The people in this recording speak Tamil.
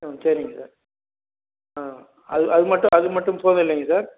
ம் சரிங்க சார் ஆ அது அது மட்டும் அது மட்டும் போதும் இல்லைங்க சார்